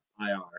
IR